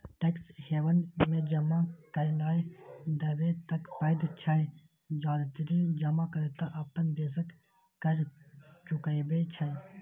tax haven मे जमा करनाय तबे तक वैध छै, जाधरि जमाकर्ता अपन देशक कर चुकबै छै